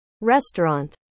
Restaurant